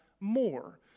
more